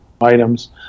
items